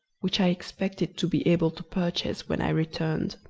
which i expected to be able to purchase when i returned.